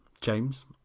James